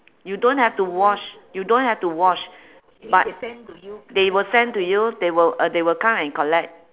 you don't have to wash you don't have to wash but they will send to you they will uh they will come and collect